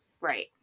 right